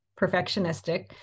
perfectionistic